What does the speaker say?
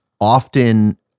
often